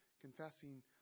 confessing